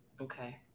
Okay